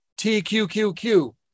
TQQQ